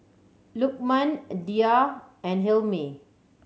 Lukman Dhia and Hilmi